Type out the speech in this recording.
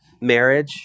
marriage